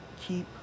Keep